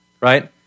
right